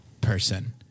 person